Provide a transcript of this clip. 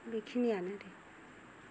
बेखिनियानो दे